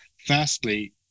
firstly